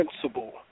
principle